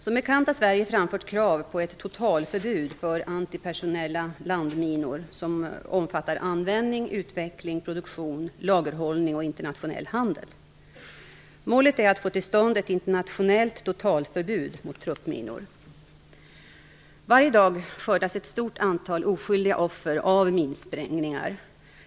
Som bekant har Sverige framfört krav på ett totalförbud för antipersonella landminor som omfattar användning, utveckling, produktion, lagerhållning och internationell handel. Målet är att få till stånd ett internationellt totalförbud mot truppminor. Varje dag skördas ett stort antal oskyldiga offer av minsprängningar.